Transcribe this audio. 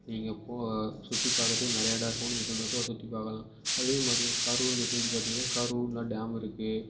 நீங்கள் போய் சுற்றி பார்க்கறதுக்கு நிறைய இடம் இருக்கும் நீங்கள் சந்தோஷமா சுற்றிப் பார்க்கலாம் அதேமாதிரி தான் கரூர் இந்த சைடு பார்த்திங்கன்னா கரூரில் டேம் இருக்குது